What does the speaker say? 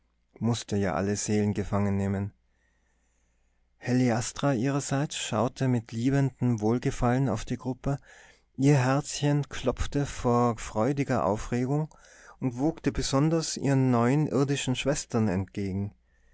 mußten ja alle seelen gefangen nehmen heliastra ihrerseits schaute mit liebendem wohlgefallen auf die gruppe ihr herzchen klopfte vor freudiger aufregung und wogte besonders ihren neuen irdischen schwestern entgegen